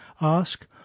ask